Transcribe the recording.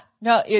No